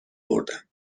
بردم